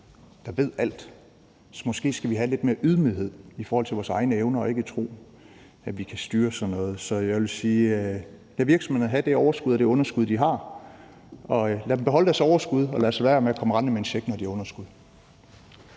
der ved alt. Så måske skulle vi have lidt mere ydmyghed i forhold til vores egne evner og ikke tro, at vi kan styre sådan noget. Så jeg vil sige: Lad virksomhederne have det overskud eller det underskud, de har; lad dem beholde deres overskud, og lad være med at komme rendende med en check, når de har underskud.